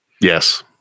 Yes